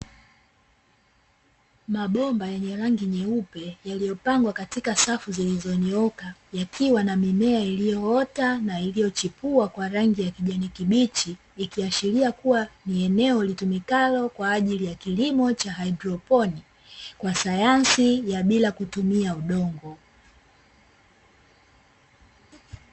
Mabomba yenye rangi nyeupe yaliyopangwa katika safu zilizonyooka yakiwa na mimea iliyoota na iliyochipua kwa rangi ya kijani kibichi, ikiashiria kuwa ni eneo litumikalo kwa ajili ya kilimo cha haidroponi kwa sayansi ya bila kutumia udongo.